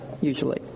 usually